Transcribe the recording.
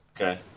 Okay